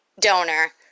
donor